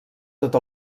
tot